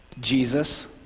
Jesus